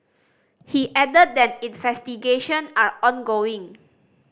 he added that investigation are ongoing